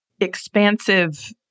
expansive